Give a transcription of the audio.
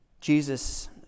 Jesus